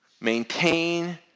maintain